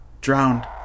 drowned